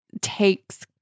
takes